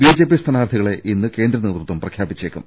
B J P സ്ഥാനാർത്ഥികളെ ഇന്ന് കേന്ദ്രനേതൃത്വം പ്രഖ്യാപിച്ചേ ക്കും